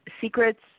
secrets